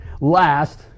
last